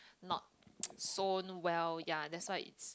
not so well that's why